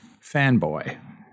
fanboy